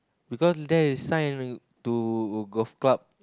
because there is sign to golf club